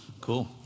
Cool